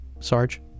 Sarge